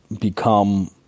become